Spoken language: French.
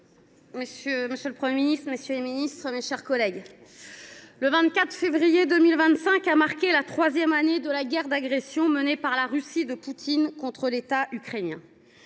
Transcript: monsieur le Premier ministre, messieurs les ministres, mes chers collègues, le 24 février 2025 a marqué le troisième anniversaire de la guerre d’agression menée par la Russie de Poutine contre l’État ukrainien.